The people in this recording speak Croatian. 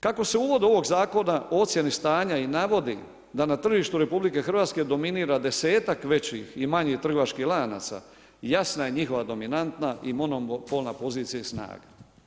Kako se u uvodu ovog zakona o ocjeni stanja i navodi da na tržištu RH dominira 10-ak većih i manjih trgovačkih lanaca jasna je njihova dominantna i monopolna pozicija i snaga.